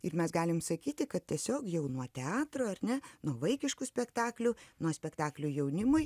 ir mes galim sakyti kad tiesiog jau nuo teatro ar ne nuo vaikiškų spektaklių nuo spektaklių jaunimui